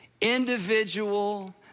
individual